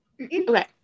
Okay